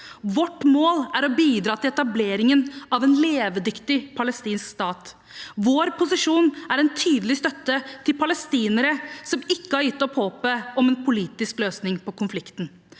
Vårt mål er å bidra til etableringen av en levedyktig palestinsk stat. Vår posisjon er en tydelig støtte til palestinere som ikke har gitt opp håpet om en politisk løsning på konflikten.